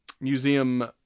museum